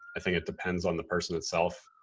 i think it depends on the person itself.